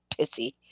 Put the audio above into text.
pissy